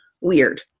weird